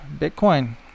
Bitcoin